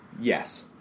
Yes